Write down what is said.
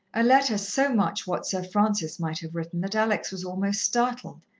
a letter so much what sir francis might have written that alex was almost startled,